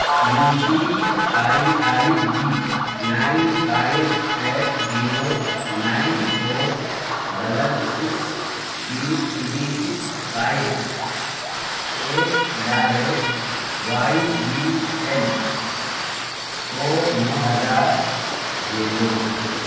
you P I I D nine five eight zero nine four double six three six five at the rate Y B L کو نو ہزار بھیجو